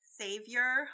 savior